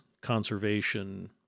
conservation